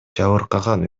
жабыркаган